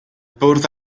bwrdd